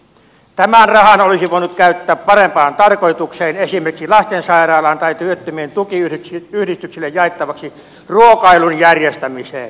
tämän rahan olisi voinut käyttää parempaan tarkoitukseen esimerkiksi lastensairaalaan tai työttömien tukiyhdistyksille jaettavaksi ruokailun järjestämiseen